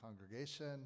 congregation